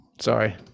Sorry